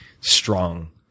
strong